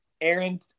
Aaron